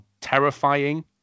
terrifying